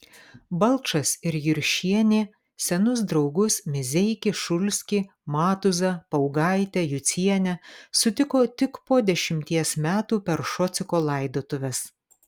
balčas ir juršienė senus draugus mizeikį šulskį matuzą paugaitę jucienę sutiko tik po dešimties metų per šociko laidotuves